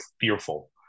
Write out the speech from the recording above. fearful